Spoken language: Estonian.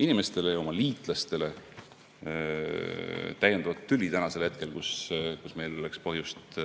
inimestele ja oma liitlastele täiendavalt tüli praegu, kui meil oleks põhjust